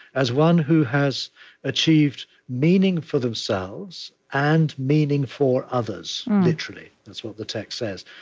as one who has achieved meaning for themselves and meaning for others literally, is what the text says.